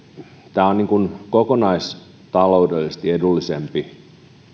tämä kevytauto on kokonaistaloudellisesti edullisempi